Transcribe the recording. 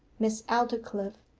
miss aldclyffe,